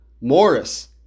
Morris